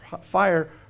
fire